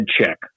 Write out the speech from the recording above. check